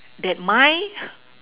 that my